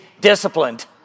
disciplined